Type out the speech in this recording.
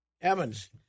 Evans